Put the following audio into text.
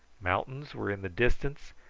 mountains were in the distance,